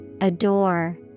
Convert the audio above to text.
Adore